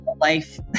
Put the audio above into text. life